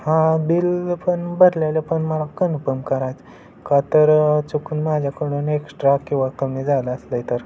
हां बिल पण भरलेलं पण मला कन्फम करायचं का तर चुकून माझ्याकडून एक्स्ट्रा किंवा कमी झालं असले तर